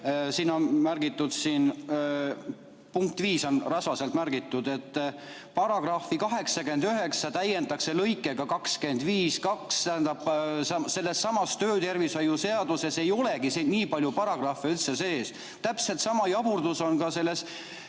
Siin on märgitud, punkt 5 on rasvaselt märgitud, et § 89 täiendatakse lõikega 252. Tähendab, sellessamas töötervishoiu seaduses ei olegi nii palju paragrahve üldse sees. Täpselt sama jaburdus on ka selles